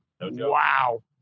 Wow